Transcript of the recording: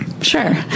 Sure